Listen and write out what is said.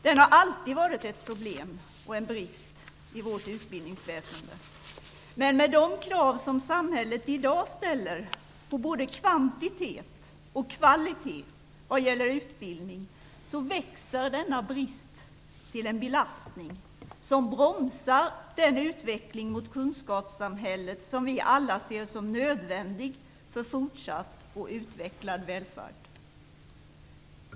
Det har alltid funnits problem och brister i vårt utbildningsväsende. Men med de krav som samhället i dag ställer på både kvantitet och kvalitet vad gäller utbildning växer bristen till en belastning, vilken bromsar den utveckling mot kunskapssamhället som vi alla ser som nödvändig för fortsatt och utvecklad välfärd.